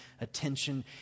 attention